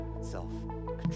self-control